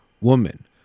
woman